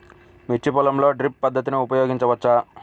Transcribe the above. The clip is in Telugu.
మిర్చి పొలంలో డ్రిప్ పద్ధతిని ఉపయోగించవచ్చా?